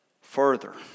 further